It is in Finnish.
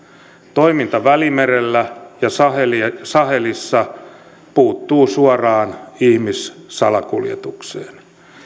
toiminta välimerellä ja sahelissa ja sahelissa puuttuu suoraan ihmissalakuljetukseen